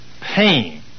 pain